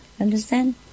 Understand